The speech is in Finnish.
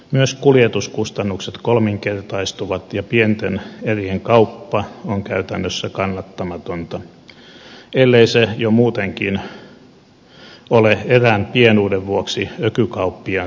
myös kuljetuskustannukset kolminkertaistuvat ja pienten erien kauppa on käytännössä kannattamatonta ellei se jo muutenkin ole erän pienuuden vuoksi ökykauppiaan silmissä hyödytöntä